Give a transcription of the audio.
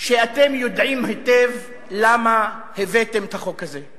ואתם יודעים היטב למה הבאתם את החוק הזה.